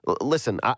Listen